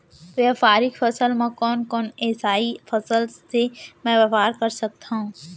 व्यापारिक फसल म कोन कोन एसई फसल से मैं व्यापार कर सकत हो?